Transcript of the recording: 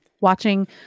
watching